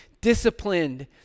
disciplined